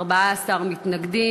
14 מתנגדים.